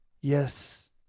Yes